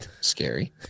Scary